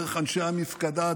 דרך אנשי המפקדה,